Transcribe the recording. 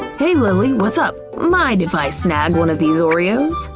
hey, lilly, what's up? mind if i snag one of these oreos?